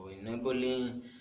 enabling